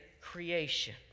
creation